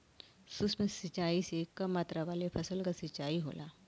सूक्ष्म सिंचाई से कम मात्रा वाले फसल क सिंचाई होला